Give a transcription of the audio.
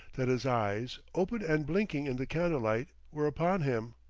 that his eyes, open and blinking in the candlelight, were upon him.